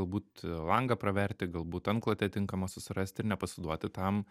galbūt langą praverti galbūt antklodę tinkamą susirast ir nepasiduoti tam